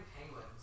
penguins